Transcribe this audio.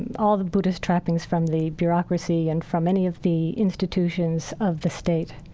and all the buddhist trappings from the bureaucracy and from any of the institutions of the state.